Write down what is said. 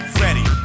ready